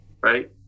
right